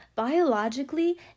Biologically